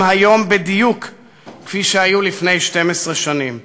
היום בדיוק כפי שהיו לפני 12 שנים.